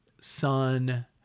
son